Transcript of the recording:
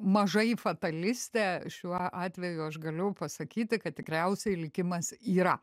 mažai fatalistė šiuo atveju aš galiu pasakyti kad tikriausiai likimas yra